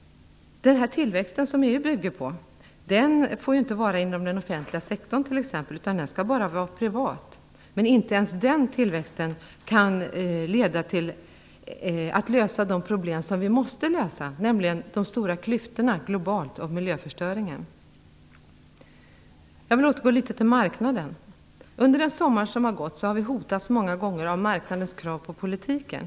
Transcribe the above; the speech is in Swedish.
Den tillväxt som detta resonemang bygger på får inte ske inom den offentliga sektorn, utan den får bara vara privat. Men inte ens den tillväxten kan lösa de problem som vi måste lösa, nämligen de stora klyftorna globalt och miljöförstöringen. Jag återgår nu till att tala litet om marknaden. Under den sommar som har gått har vi många gånger hotats av marknadens krav på politiken.